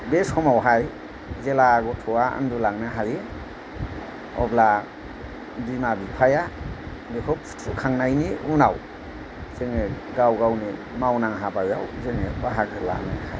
बे समाव हाय जेब्ला गथ'आ उन्दुलांनो हायो अब्ला बिमा बिफाया बिखौ फुथुखांनायनि उनाव जोङो गाव गावनि मावनां हाबायाव जोङो बाहागो लानो हायो